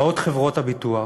באות חברות הביטוח,